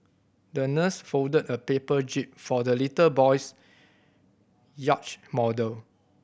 the nurse folded a paper jib for the little boy's yacht model